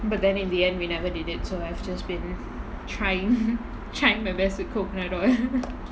but then in the end we never did it so I've just been trying trying my best to coconut oil